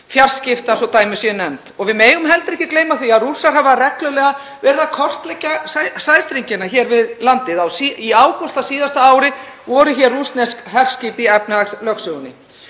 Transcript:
fjarskipta, svo að dæmi séu nefnd. Við megum heldur ekki gleyma því að Rússar hafa reglulega verið að kortleggja sæstrengina hér við landið. Í ágúst á síðasta ári voru rússnesk herskip hér í efnahagslögsögunni.